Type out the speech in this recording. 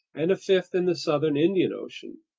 and a fifth in the southern indian ocean.